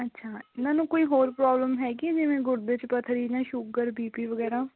ਅੱਛਾ ਇਹਨਾਂ ਨੂੰ ਕੋਈ ਹੋਰ ਪ੍ਰੋਬਲਮ ਹੈਗੀ ਆ ਜਿਵੇਂ ਗੁਰਦੇ 'ਚ ਪੱਥਰੀ ਜਾਂ ਸ਼ੂਗਰ ਬੀਪੀ ਵਗੈਰਾ